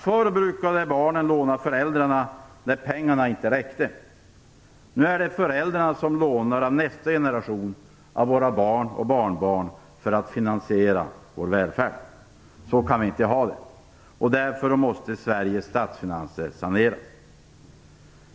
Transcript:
Förr brukade barnen låna av föräldrarna när pengarna inte räckte. Nu är det föräldrarna som lånar av nästa generation, av våra barn och barnbarn, för att finansiera vår välfärd. Så kan vi inte ha det. Därför måste Sveriges statsfinanser saneras.